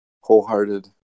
wholehearted